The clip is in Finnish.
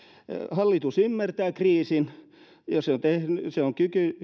hallitus ymmärtää kriisin ja se on